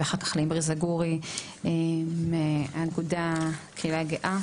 ואחר כך לאמרי זגורי מהקהילה הגאה.